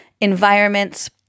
environments